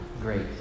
great